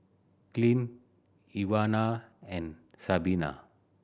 Clint Ivana and Sabina